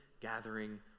gathering